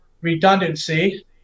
redundancy